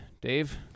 Dave